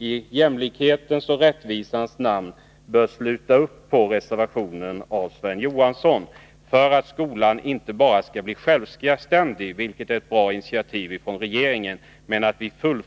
I jämlikhetens och rättvisans namn anser jag det vara självklart att vi sluter upp bakom reservationen av Sven Johansson för att Viebäcksskolan inte bara skall bli självständig — vilket är ett bra initiativ från regeringen — utan också